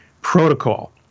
protocol